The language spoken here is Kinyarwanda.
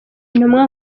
intumwa